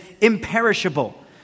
imperishable